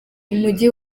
umujyi